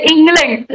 England